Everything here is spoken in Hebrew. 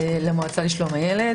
למועצה לשלום הילד.